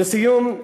לסיום,